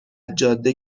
جاده